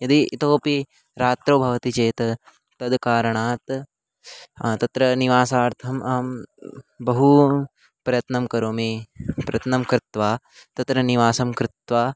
यदि इतोपि रात्रौ भवति चेत् तद् कारणात् तत्र निवासार्थम् अहं बहु प्रयत्नं करोमि प्रयत्नं कृत्वा तत्र निवासं कृत्वा